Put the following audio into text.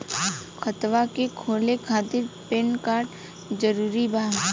खतवा के खोले खातिर पेन कार्ड जरूरी बा?